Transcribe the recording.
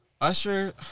usher